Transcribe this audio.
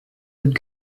would